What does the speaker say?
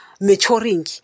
maturing